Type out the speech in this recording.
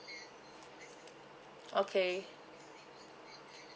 okay